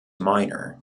minor